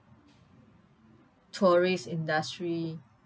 tourist industry